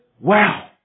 wow